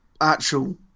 actual